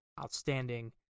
outstanding